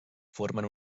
formen